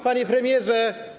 Panie Premierze!